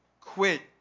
quit